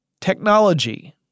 technology